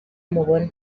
amubona